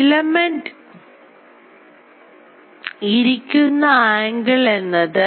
filament ഇരിക്കുന്ന angle എന്നത്